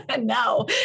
no